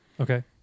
okay